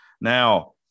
Now